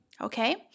okay